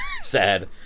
Sad